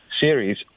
series